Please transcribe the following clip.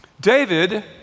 David